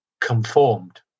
conformed